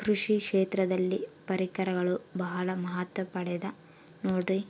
ಕೃಷಿ ಕ್ಷೇತ್ರದಲ್ಲಿ ಪರಿಕರಗಳು ಬಹಳ ಮಹತ್ವ ಪಡೆದ ನೋಡ್ರಿ?